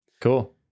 Cool